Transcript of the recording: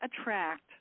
attract